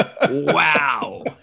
Wow